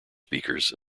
speakers